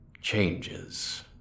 changes